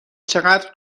چقدر